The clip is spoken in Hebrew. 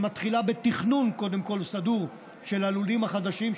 שמתחילה קודם כול בתכנון סדור של הלולים החדשים,